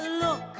look